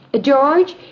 George